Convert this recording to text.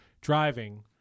driving